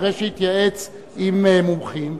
אחרי שהתייעץ עם מומחים,